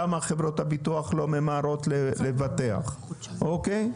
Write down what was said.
למה חברות הביטוח לא ממהרות לבטח אוקיי?